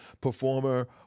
performer